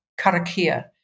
karakia